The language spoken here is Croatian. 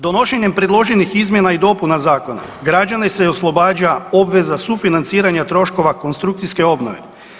Donošenjem predloženih izmjena i dopuna Zakona građane se oslobađa obveza sufinanciranja troškova konstrukcijske obnove.